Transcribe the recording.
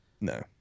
No